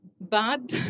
bad